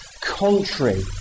contrary